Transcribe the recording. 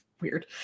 weird